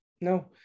no